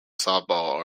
softball